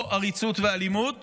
או עריצות ואלימות